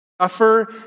Suffer